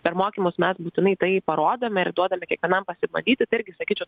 per mokymus mes būtinai tai parodome ir duodame kiekvienam pasibandyti tai irgi sakyčiau